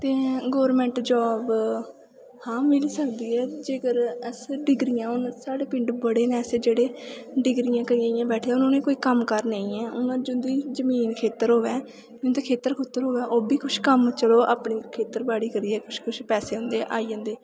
ते government job हां मिली सकदी ऐ जेकर अस डिग्रियां होन साढ़े पिंड बड़े न ऐसे जेह्ड़े डिग्रियां करियै इ'यां बैठे दे हून उ'नें कम्म घर नेईं ऐ हून जिंदी जमीन खेत्तर होऐ जिंदे खेत्तर खुत्तर होऐ ओह् बी कुछ कम्म चलो अपनी खेत्तर बाड़ी करियै कुछ कुछ पैसे उं'दे आई जंदे